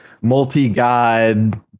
multi-god